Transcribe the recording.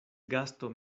gasto